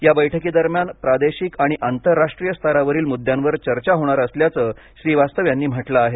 या बैठकी दरम्यान प्रादेशिक आणि आंतराराष्ट्रीय स्तरावरील मुद्द्यांवर चर्चा होणार असल्याचं श्रीवास्तव यांनी म्हटलं आहे